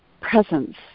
presence